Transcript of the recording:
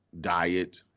Diet